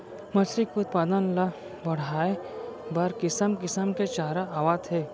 मछरी के उत्पादन ल बड़हाए बर किसम किसम के चारा आवत हे